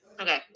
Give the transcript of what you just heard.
Okay